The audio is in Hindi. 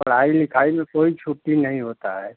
पढ़ाई लिखाई में कोई छुट्टी नहीं होती है